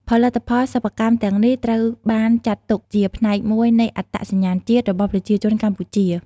ផលិតផលសិប្បកម្ម ទាំងនេះត្រូវបានចាត់ទុកជាផ្នែកមួយនៃអត្តសញ្ញាណជាតិរបស់ប្រជាជនកម្ពុជា។